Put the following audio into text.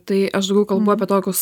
tai aš daugiau kalbu apie tokius